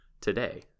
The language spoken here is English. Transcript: today